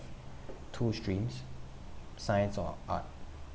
two streams science or art